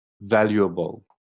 valuable